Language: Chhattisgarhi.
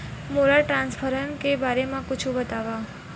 मोला ट्रान्सफर के बारे मा कुछु बतावव?